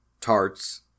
tarts